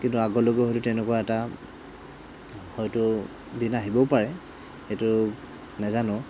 কিন্তু আগলৈকো তেনেকুৱা এটা হয়তো দিন আহিবও পাৰে সেইটো নেজানোঁ